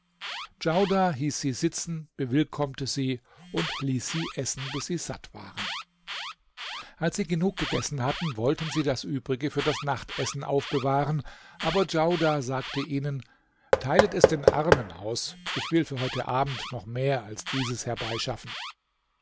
djaudar hieß sie sitzen bewillkommte sie und ließ sie essen bis sie satt waren als sie genug gegessen hatten wollten sie das übrige für das nachtessen aufbewahren aber djaudar sagte ihnen teilet es den armen aus ich will für heute abend noch mehr als dieses herbeischaffen